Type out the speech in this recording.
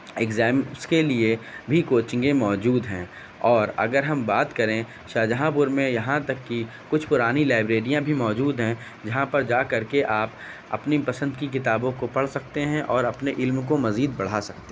exams کے لیے بھی کوچنگیں موجود ہیں اور اگر ہم بات کریں شاہ جہاں پور میں یہاں تک کہ کچھ پرانی لائبریریاں بھی موجود ہیں جہاں پر جا کر کے آپ اپنی پسند کی کتابوں کو پڑھ سکتے ہیں اور اپنے علم کو مزید بڑھا سکتے